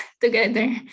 together